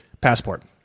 passport